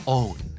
own